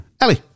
Ellie